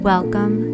Welcome